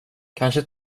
kanske